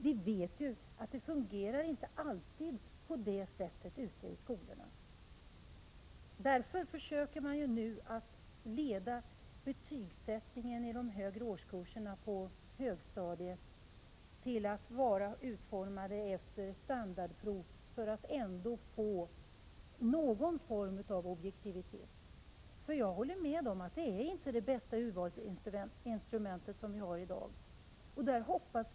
Vi vet ju att det inte alltid fungerar på det sättet ute i skolorna. Man försöker därför att få betygsättningen i de högre årskurserna på högstadiet att utgå från resultaten vid standardprov, för att ändå få någon form av objektivitet. Jag håller med om att de urvalsinstrument som vi har i dag inte är de bästa.